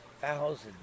thousands